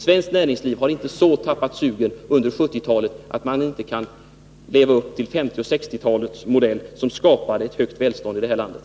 Svenskt näringsliv har inte så tappat sugen under 1970-talet att det inte kan leva upp till 1950 och 1960-talens modell, som skapade ett högt välstånd i det här landet.